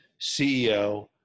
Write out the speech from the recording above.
CEO